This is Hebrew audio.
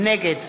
נגד